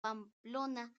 pamplona